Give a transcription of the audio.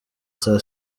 saa